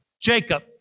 Jacob